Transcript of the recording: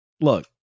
look